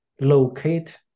locate